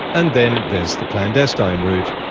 and then there's the clandestine and route.